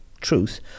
truth